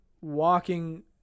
walking